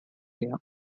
der